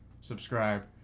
subscribe